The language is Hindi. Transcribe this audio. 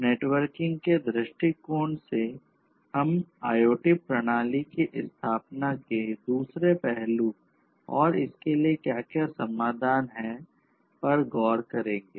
नेटवर्किंग के दृष्टिकोण से हम IoT प्रणाली की स्थापना के दूसरे पहलू पर और इसके लिए क्या क्या समाधान है पर गौर करेंगे